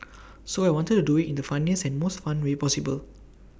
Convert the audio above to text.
so I wanted to do IT in the funniest and most fun way possible